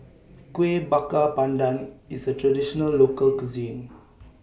Kuih Bakar Pandan IS A Traditional Local Cuisine